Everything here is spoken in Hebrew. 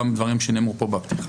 גם דברים שנאמרו פה בפתיחה.